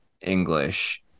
English